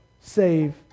save